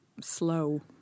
slow